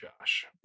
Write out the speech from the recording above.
Josh